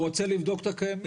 הוא רוצה לבדוק את הקיימים.